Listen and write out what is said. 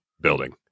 building